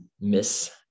Miss